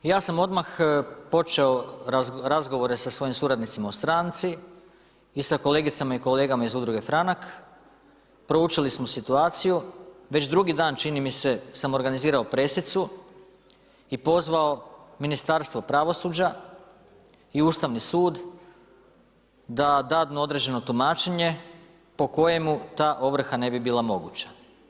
Ja sam odmah počeo razgovore sa svojim suradnicima u stranci i sa kolegicama i kolegama iz Udruge Franak, proučili smo situaciju, već 2 dan, čini mi se sam organizirao presicu i pozvao Ministarstvo pravosuđa i Ustavni sud, da dadnu određeno tumačenje po kojemu ta ovrha ne bi bila moguće.